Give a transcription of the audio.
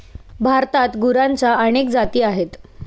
भारतात गुरांच्या अनेक जाती आहेत